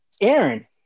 Aaron